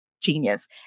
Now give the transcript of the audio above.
genius